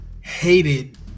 hated